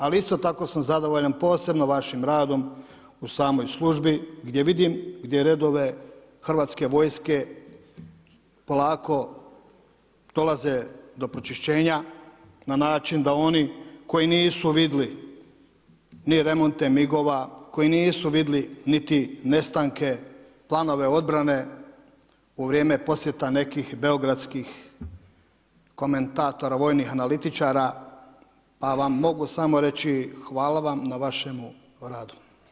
Ali isto tako sam zadovoljan posebno vašim radom u samoj službi gdje vidim gdje redove hrvatske vojske polako dolaze do pročišćenja na način da oni koji nisu vidjeli ni remonte MIG-ova, koji nisu vidjeli niti nestanke, planove obrane u vrijeme posjeta nekih beogradskih komentatora, vojnih analitičara, pa vam mogu samo reći hvala vam na vašem radu.